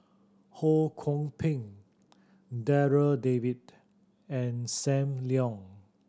Ho Kwon Ping Darryl David and Sam Leong